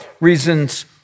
reasons